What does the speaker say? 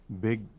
big